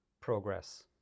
progress